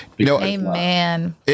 Amen